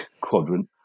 quadrant